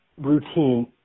routine